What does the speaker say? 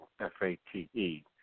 F-A-T-E